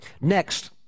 Next